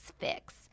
Fix